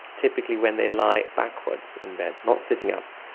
typically when they lie backwards in bed, not sitting up,